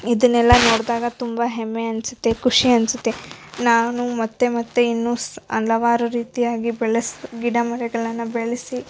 ಇದನ್ನೆಲ್ಲ ನೋಡ್ದಾಗ ತುಂಬಾ ಹೆಮ್ಮೆ ಅನ್ಸುತ್ತೆ ಖುಷಿ ಅನ್ಸುತ್ತೆ ನಾನು ಮತ್ತೆ ಮತ್ತೆ ಇನ್ನೂ ಸ್ ಹಲವಾರು ರೀತಿಯಾಗಿ ಬೆಳೆಸಿ ಗಿಡ ಮರಗಳನ್ನ ಬೆಳೆಸಿ